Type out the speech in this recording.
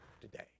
today